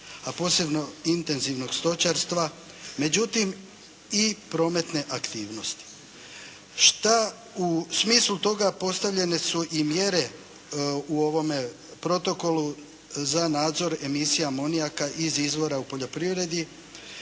a posebno intenzivnog stočarstva, međutim i prometne aktivnosti. Šta u smislu u toga postavljene su i mjere u ovome protokolu za nadzor emisija amonijaka iz izvora u poljoprivredi,